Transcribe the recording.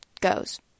goes